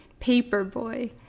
Paperboy